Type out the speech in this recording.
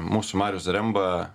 mūsų marius zaremba